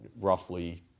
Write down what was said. roughly